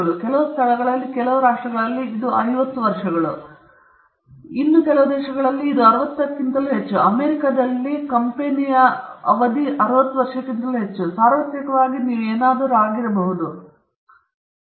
ಕೆಲವು ಸ್ಥಳಗಳಲ್ಲಿ ಕೆಲವು ರಾಷ್ಟ್ರಗಳಲ್ಲಿ ಇದು 50 ಕೆಲವು ದೇಶಗಳಲ್ಲಿ ಇದು 60 ಕ್ಕಿಂತ ಹೆಚ್ಚು ಅಮೇರಿಕದಲ್ಲಿ ಅದು ಹೆಚ್ಚು ಆದ್ದರಿಂದ ಸಾರ್ವತ್ರಿಕವಾಗಿ ನೀವು ಏನಾದರೂ ಆಗಿರಬಹುದು ಎಂಬುದರ ಬಗ್ಗೆ ಕೆಲವು ಸುಸ್ಪಷ್ಟತೆಗಳಿವೆ ಎಂದು ನೋಡುತ್ತೀರಿ